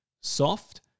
Soft